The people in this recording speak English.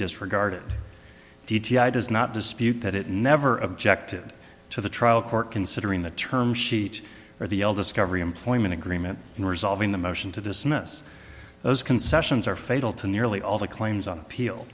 disregarded d t i does not dispute that it never objected to the trial court considering the term sheet or the l discovery employment agreement in resolving the motion to dismiss those concessions or fail to nearly all the claims on appeal